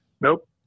Nope